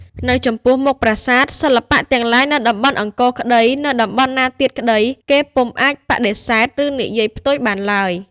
នៅចំពោះមុខ ប្រាសាទ សិល្បៈទាំងឡាយនៅតំបន់អង្គរក្តី នៅតំបន់ណាទៀតក្តី គេពុំអាចបដិសេធ ឬនិយាយផ្ទុយបានឡើយ។